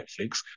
Netflix